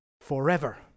forever